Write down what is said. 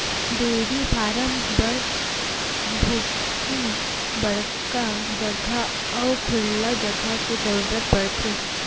dairy farm बर थोकिन बड़का जघा अउ खुल्ला जघा के जरूरत परथे